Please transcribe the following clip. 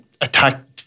attacked